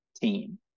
team